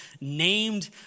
named